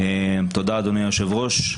אדוני היושב-ראש.